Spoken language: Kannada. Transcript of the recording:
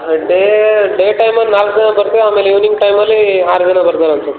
ಹಾಂ ಡೇ ಡೇ ಟೈಮಲ್ಲಿ ನಾಲ್ಲು ಜನ ಬರ್ತೀವಿ ಆಮೇಲೆ ಇವ್ನಿಂಗ್ ಟೈಮಲ್ಲೀ ಆರು ಜನ ಬರ್ಬೋದು